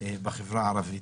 בחברה הערבית.